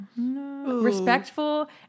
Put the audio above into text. Respectful